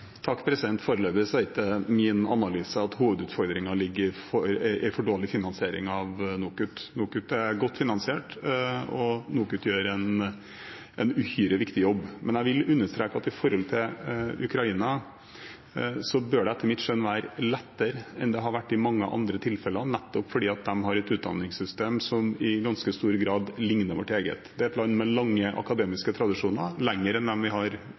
Foreløpig er ikke min analyse at hovedutfordringen ligger i for dårlig finansiering av NOKUT. NOKUT er godt finansiert, og NOKUT gjør en uhyre viktig jobb. Men jeg vil understreke at når det gjelder Ukraina, bør det etter mitt skjønn være lettere enn det har vært i mange andre tilfeller, nettopp fordi de har et utdanningssystem som i ganske stor grad likner vårt eget. Det er et land med lange akademiske tradisjoner, betydelig lengre enn det vi har